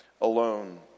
alone